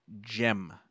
gem